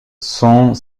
sont